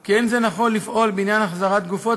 כי לא נכון לפעול בעניין החזרת גופות